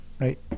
Right